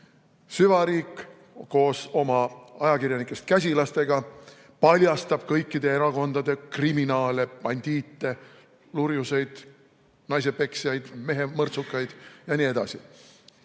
süvariik koos oma ajakirjanikest käsilastega paljastab kõikide erakondade kriminaale, bandiite, lurjuseid, naisepeksjaid, mehemõrtsukaid jne.